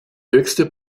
höchste